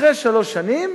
אחרי שלוש שנים